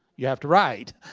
you have to write.